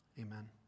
Amen